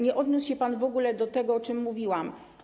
Nie odniósł się pan w ogóle do tego, o czym mówiłam.